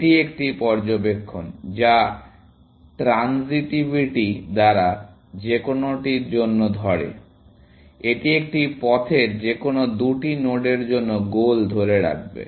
এটি একটি পর্যবেক্ষণ যা ট্রানজিটিভিটি দ্বারা যে কোনোটির জন্য ধরে এটি একটি পথের যেকোনো দুটি নোডের জন্য গোল ধরে রাখবে